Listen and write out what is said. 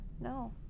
No